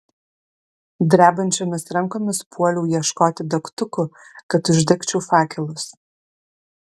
drebančiomis rankomis puoliau ieškoti degtukų kad uždegčiau fakelus